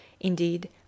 Indeed